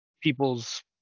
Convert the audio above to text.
people's